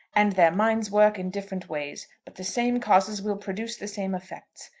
and their minds work in different ways but the same causes will produce the same effects.